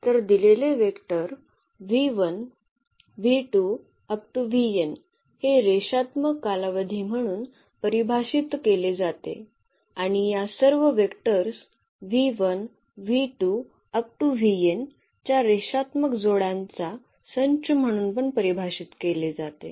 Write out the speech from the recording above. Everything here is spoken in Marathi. तर दिलेले वेक्टर हे रेषात्मक कालावधी म्हणून परिभाषित केले जाते आणि या सर्व वेक्टर्स च्या रेषात्मक जोड्यांचा संच म्हणून पण परिभाषित केले जाते